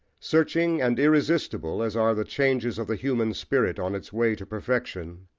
searching and irresistible as are the changes of the human spirit on its way to perfection,